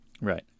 right